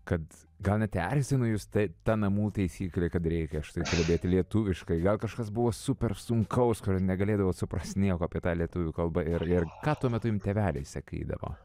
kad gal net erzino jus ta ta namų taisyklė kad reikia štai kalbėti lietuviškai gal kažkas buvo super sunkaus kur negalėdavot suprasti nieko apie tą lietuvių kalbą ir ir ką tuo metu jum tėveliai sakydavo